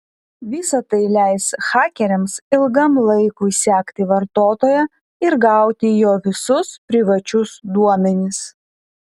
visa tai leis hakeriams ilgam laikui sekti vartotoją ir gauti jo visus privačius duomenis